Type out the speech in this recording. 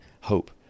hope